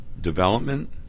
development